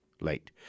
late